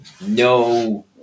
no